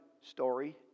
story